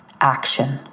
action